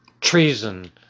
treason